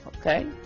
Okay